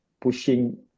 pushing